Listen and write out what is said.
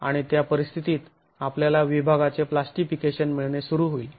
आणि त्या परिस्थितीत आपल्याला विभागाचे प्लास्टीफिकेशन मिळणे सुरू होईल